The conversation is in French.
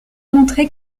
montrer